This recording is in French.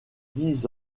dix